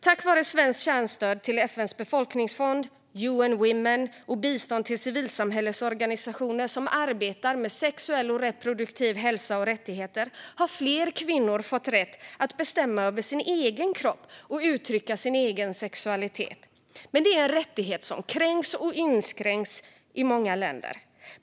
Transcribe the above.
Tack vare svenskt kärnstöd till FN:s befolkningsfond och UN Women och bistånd till civilsamhällesorganisationer som arbetar med sexuell och reproduktiv hälsa och rättigheter har fler kvinnor fått rätt att bestämma över sin egen kropp och uttrycka sin egen sexualitet. Men det är en rättighet som kränks och inskränks i många länder.